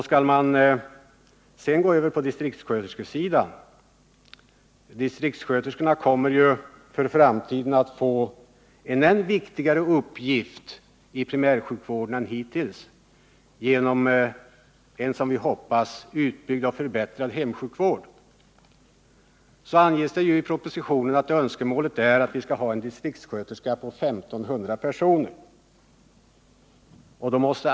Ser man på distriktssköterskesidan — distriktssköterskorna kommer ju för framtiden att få en än viktigare uppgift inom primärvården än hittills genom en som vi hoppas utbyggd och förbättrad hemsjukvård — anges det i propositionen att önskemålet är att vi skall ha en distriktssköterska på 1500 personer.